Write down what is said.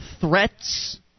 threats